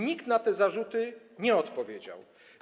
Nikt na te zarzuty nie odpowiedział.